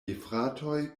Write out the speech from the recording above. gefratoj